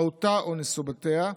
מהותה או נסיבותיה,